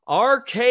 RK